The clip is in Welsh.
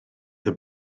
the